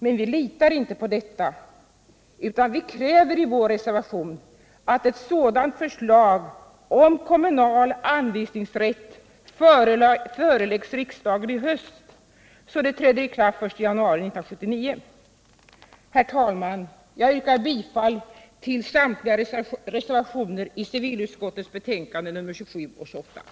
Men vi litar inte på detta, utan vi kräver i vår reservation att ett sådant förslag om kommunal anvisningsrätt skall framläggas för riksdagen i höst så att det kan träda i kraft den 1 januari 1979.